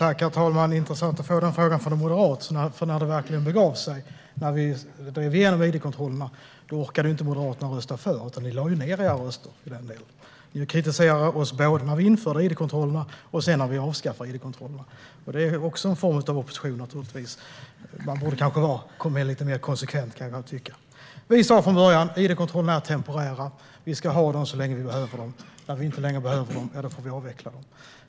Herr talman! Det är intressant att få den frågan från en moderat, för när det verkligen begav sig och vi drev igenom id-kontrollerna orkade Moderaterna inte rösta för utan lade ned sina röster. Ni kritiserar oss både när vi inför id-kontrollerna och när vi avskaffar id-kontrollerna. Det är också en form av opposition, men ni borde kanske vara lite mer konsekventa. Vi sa från början att id-kontrollerna är temporära. Vi ska ha dem så länge vi behöver dem, och när vi inte längre behöver dem får vi avveckla dem.